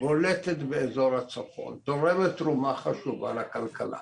בולטת באזור הצפון ותורמת תרומה חשובה לכלכלה.